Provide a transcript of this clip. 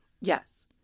Yes